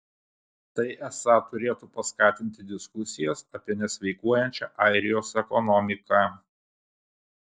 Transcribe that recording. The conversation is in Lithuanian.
tai esą turėtų paskatinti diskusijas apie nesveikuojančią airijos ekonomiką